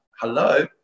Hello